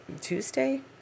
Tuesday